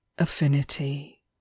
affinity